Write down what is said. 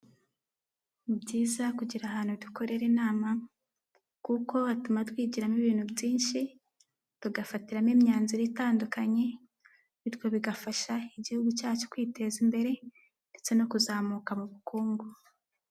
Ni byiza kugira ahantu dukorera inama kuko batuma twigiramo ibintu byinshi tugafatiramo imyanzuro itandukanye, bityo bigafasha igihugu cyacu kwiteza imbere ndetse no kuzamuka mu bukungu.